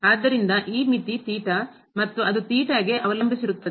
ಆದ್ದರಿಂದ ಈ ಮಿತಿ ಮತ್ತು ಅದು ಗೆ ಅವಲಂಬಿಸಿರುತ್ತದೆ